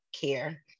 care